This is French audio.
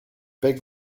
paix